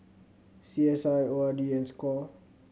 C S I O R D and score